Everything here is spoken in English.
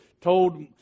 told